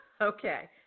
Okay